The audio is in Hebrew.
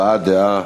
הבעת דעה,